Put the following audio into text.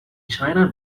china